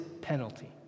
penalty